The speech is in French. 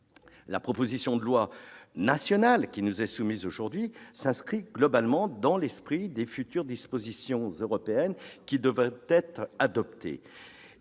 La proposition de loi nationale qui nous est soumise aujourd'hui s'inscrit globalement dans l'esprit des futures dispositions européennes qui devraient être adoptées.